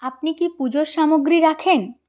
আপনি কি পুজোর সামগ্রী রাখেন